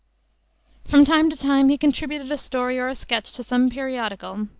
from time to time he contributed a story or a sketch to some periodical,